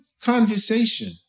conversation